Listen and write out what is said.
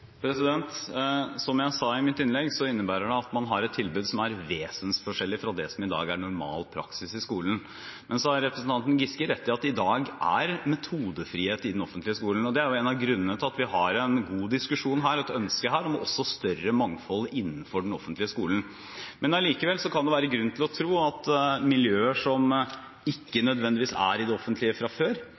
Kunnskapsløftet. Som jeg sa i mitt innlegg, innebærer det at man har et tilbud som er vesensforskjellig fra det som i dag er normal praksis i skolen. Men så har representanten Giske rett i at det i dag er metodefrihet i den offentlige skolen, og det er jo en av grunnene til at vi har en god diskusjon og et ønske her om et større mangfold innenfor den offentlige skolen. Men allikevel kan det være grunn til å tro at miljøer som ikke nødvendigvis er i det offentlige fra før,